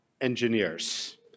engineers